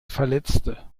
verletzte